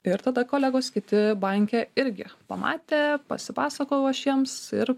ir tada kolegos kiti banke irgi pamatė pasipasakojau aš jiems ir